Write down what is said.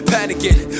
Panicking